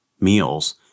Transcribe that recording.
meals